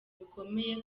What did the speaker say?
bikomeye